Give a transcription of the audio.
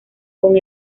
con